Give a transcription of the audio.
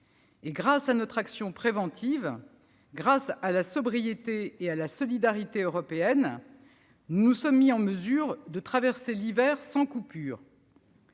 Grâce à notre action préventive, grâce à la sobriété et à la solidarité européenne, nous nous sommes mis en mesure de traverser l'hiver sans coupure.